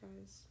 guys